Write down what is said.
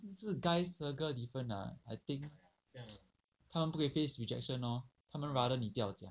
这是 guys 的 girl difference ah I think 他们不可以 face rejection loh 他们 rather 你不要讲